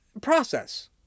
process